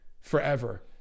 forever